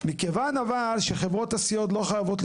מכיוון אבל שחברות הסיעוד לא חייבות לי